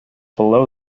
below